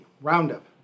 roundup